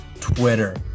Twitter